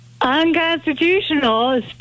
Unconstitutional